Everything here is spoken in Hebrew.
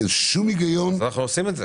אין שום היגיון --- אבל אנחנו עושים את זה.